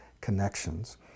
connections